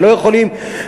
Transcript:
ולא יכולים,